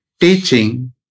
teaching